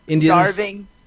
starving